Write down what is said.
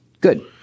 Good